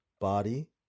body